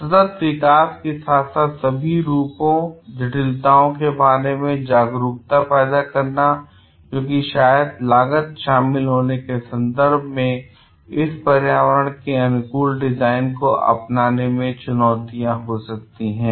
सतत विकास के साथ साथ सभी रूपों और जटिलताओं के बारे में जागरूकता पैदा करना क्योंकि शायद लागत शामिल होने के संदर्भ में इस पर्यावरण के अनुकूल डिजाइन को अपनाने में चुनौतियां हो सकती हैं